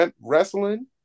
wrestling